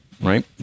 right